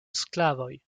sklavoj